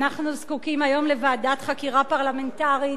אנחנו זקוקים היום לוועדת חקירה פרלמנטרית.